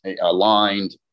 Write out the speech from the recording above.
aligned